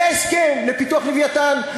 היה הסכם לפיתוח "לווייתן".